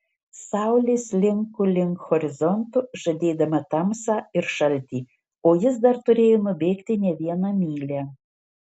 saulė slinko link horizonto žadėdama tamsą ir šaltį o jis dar turėjo nubėgti ne vieną mylią